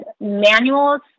Manuals